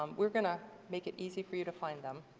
um we're going to make it easy for you to find them.